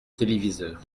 téléviseur